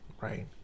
right